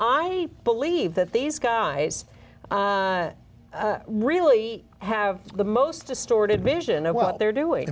i believe that these guys really have the most distorted vision of what they're doing